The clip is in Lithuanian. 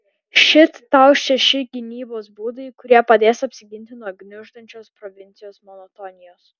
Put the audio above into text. šit tau šeši gynybos būdai kurie padės apsiginti nuo gniuždančios provincijos monotonijos